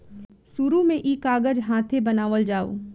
शुरु में ई कागज हाथे बनावल जाओ